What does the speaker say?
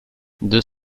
deux